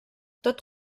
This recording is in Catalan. tot